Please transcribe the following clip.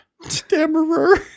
Stammerer